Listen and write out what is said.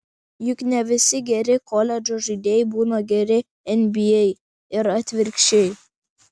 juk ne visi geri koledžo žaidėjai būna geri nba ir atvirkščiai